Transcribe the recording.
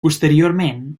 posteriorment